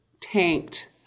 tanked